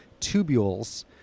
tubules